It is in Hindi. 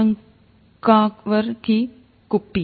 शंक्वाकार की कुप्पी